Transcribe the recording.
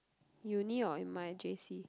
uni or in my J_C